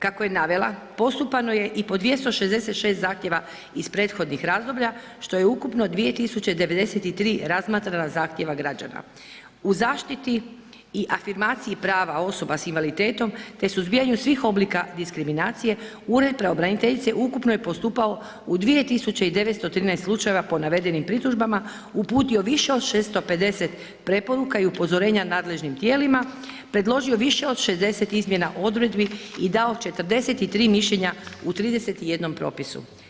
Kako je navela postupano je i po 266 zahtjeva iz prethodnih razdoblja što je ukupno 2093 razmatrana zahtjeva građana u zaštiti i afirmaciji prava osoba s invaliditetom te suzbijanju svih oblika diskriminacije Ured pravobraniteljice ukupno je postupao u 2913 slučajeva po navedenim pritužbama, uputio više od 650 preporuka i upozorenja nadležnim tijelima, predložio više od 60 izmjena odredbi i dao 43 mišljenja u 31 propisu.